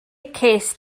cest